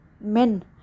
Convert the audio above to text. men